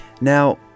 Now